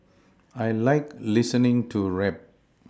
I like listening to rap